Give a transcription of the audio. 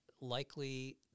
likely